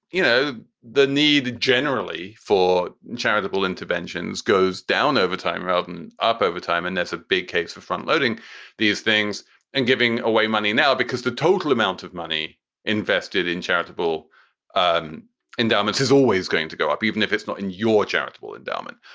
you know, the need generally for and charitable interventions goes down over time, melbourne up over time, and that's a big case for front loading these things and giving away money now because the total amount of money invested in charitable um endowments is always going to go up, even if it's not in your charitable endowment.